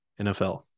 NFL